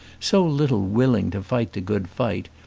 so little willing to fight the good fight,